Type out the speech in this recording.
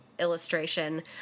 illustration